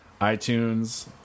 iTunes